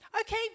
okay